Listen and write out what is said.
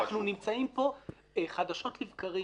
אנחנו נמצאים פה חדשות לבקרים